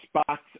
spots